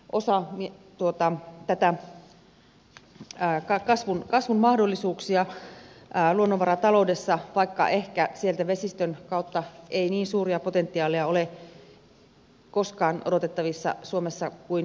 se on myös osa näitä kasvun mahdollisuuksia luonnonvarataloudessa vaikka ehkä vesistön kautta ei niin suurta potentiaalia ole koskaan odotettavissa suomessa kuin metsistä